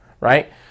Right